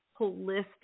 holistic